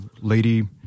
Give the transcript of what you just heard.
lady